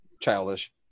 childish